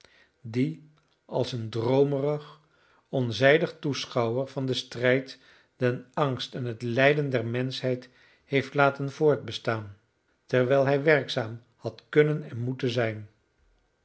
die als een droomerig onzijdig toeschouwer van den strijd den angst en het lijden der menschheid heeft laten voortbestaan terwijl hij werkzaam had kunnen en moeten zijn